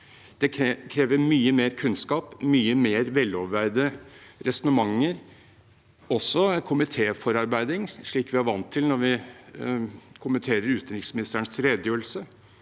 Det krever mye mer kunnskap, mye mer veloverveide resonnementer, også komitéforarbeid, slik vi er vant til når vi kommenterer utenriksministerens redegjørelse,